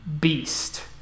beast